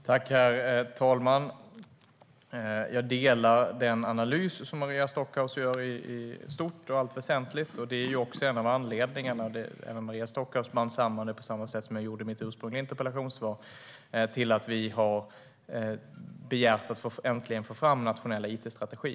Herr talman! Jag instämmer i allt väsentligt i den analys som Maria Stockhaus gör. Även Maria Stockhaus band samman detta på samma sätt som jag gjorde i mitt ursprungliga interpellationssvar. Detta är en av anledningarna till att vi har begärt att äntligen få fram nationella it-strategier.